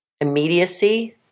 immediacy